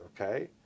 okay